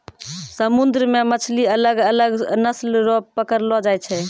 समुन्द्र मे मछली अलग अलग नस्ल रो पकड़लो जाय छै